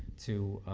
to